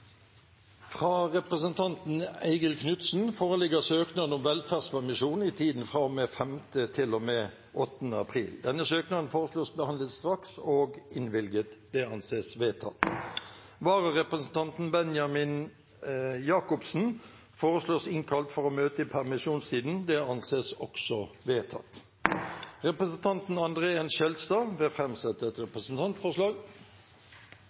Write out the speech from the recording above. Fra representanten Eigil Knutsen foreligger søknad om velferdspermisjon i tiden fra og med 5. til og med 8. april. Etter forslag fra presidenten ble enstemmig besluttet: Søknaden behandles straks og innvilges. Vararepresentanten, Benjamin Jakobsen , innkalles for å møte i permisjonstiden. Representanten André N. Skjelstad vil framsette et